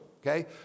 Okay